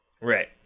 right